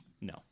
No